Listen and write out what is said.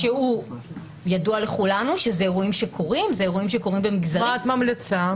ידוע לכולנו שזה אירועים שקורים במגזרים --- מה את ממליצה?